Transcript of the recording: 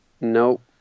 Nope